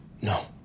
No